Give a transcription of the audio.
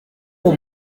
uwo